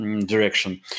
direction